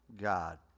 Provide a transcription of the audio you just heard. God